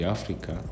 Africa